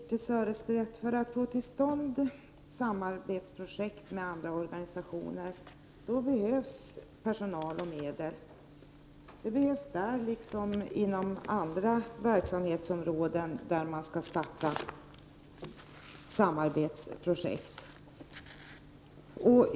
Herr talman! För att få till stånd ett samarbetsprojekt med andra organisationer, Birthe Sörestedt, behövs personal och medel. På samma sätt är det inom andra verksamhetsområden där man skall starta samarbetsprojekt.